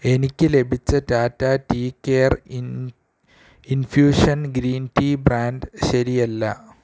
എനിക്ക് ലഭിച്ച Tata tea care infusion green tea brand ശരിയല്ല